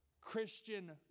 Christian